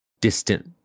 distant